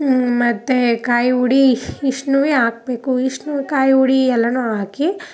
ಮತ್ತು ಕಾಯಿ ಉಡಿ ಇಷ್ಟನ್ನುವೇ ಹಾಕ್ಬೇಕು ಇಷ್ಟುನೂ ಕಾಯಿ ಉಡೀ ಎಲ್ಲನೂ ಹಾಕಿ